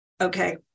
Okay